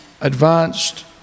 advanced